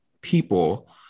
people